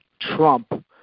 Trump